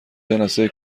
جلسه